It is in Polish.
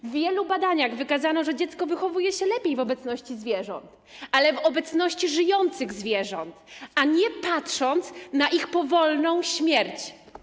W wielu badaniach wykazano, że dziecko wychowuje się lepiej w obecności zwierząt, ale w obecności żyjących zwierząt, a nie gdy patrzy ono na ich powolną śmierć.